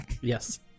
Yes